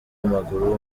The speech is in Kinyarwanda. w’amaguru